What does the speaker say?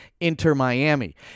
Inter-Miami